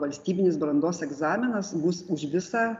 valstybinis brandos egzaminas bus už visą